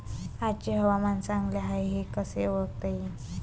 आजचे हवामान चांगले हाये हे कसे ओळखता येईन?